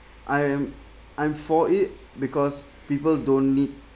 I'm I'm for it because people don't need